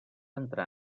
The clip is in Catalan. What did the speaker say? entrar